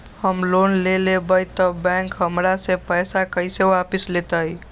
हम लोन लेलेबाई तब बैंक हमरा से पैसा कइसे वापिस लेतई?